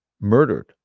murdered